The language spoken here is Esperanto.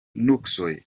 nuksoj